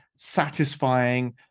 satisfying